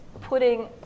putting